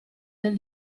del